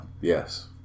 Yes